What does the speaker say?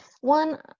One